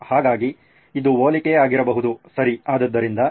ಹಾಗಾಗಿ ಇದು ಹೋಲಿಕೆ ಆಗಿರಬಹುದು ಸರಿ ಆದ್ದರಿಂದ ಇದು